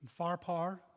Farpar